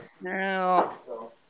No